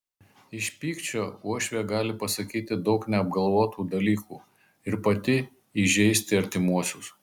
iš pykčio uošvė gali pasakyti daug neapgalvotų dalykų ir pati įžeisti artimuosius